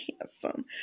handsome